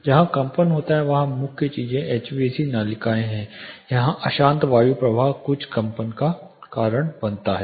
जहां कंपन होता है वहां मुख्य चीजें एचवीएसी नलिकाएं हैं जहां अशांत वायुप्रवाह कुछ कंपन का कारण बनता है